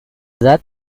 edad